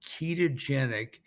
ketogenic